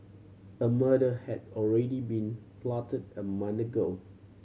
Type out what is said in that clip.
a murder had already been plotted a month ago